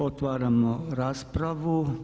Otvaramo raspravu.